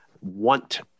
want